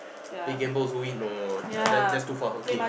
the boy also win the that's that's too far okay